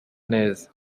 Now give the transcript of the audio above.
neza